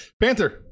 Panther